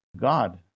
God